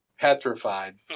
petrified